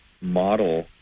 model